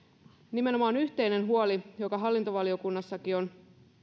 nimenomaan yhteinen huoli joka hallintovaliokunnassakin on